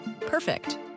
Perfect